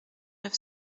neuf